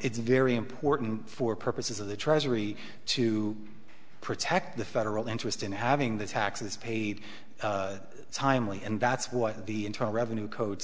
it's very important for purposes of the treasury to protect the federal interest in having the taxes paid timely and that's what the internal revenue code